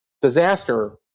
disaster